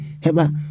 heba